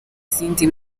izindi